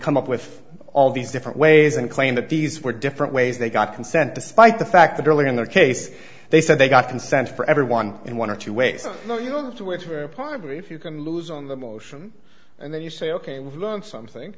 come up with all these different ways and claim that these were different ways they got consent despite the fact that early in their case they said they got consent for everyone in one or two ways you know you don't have to wait for a primary if you can lose on the motion and then you say ok we've learned something